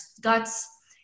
guts